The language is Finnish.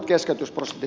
kysynkin